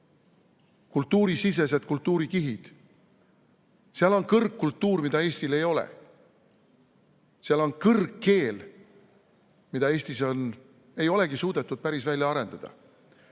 kultuurisisesed kultuurikihid, seal on kõrgkultuur, mida Eestil ei ole. Seal on kõrgkeel, mida Eestis ei olegi suudetud päris välja arendada.